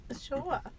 Sure